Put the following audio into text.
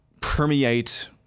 permeate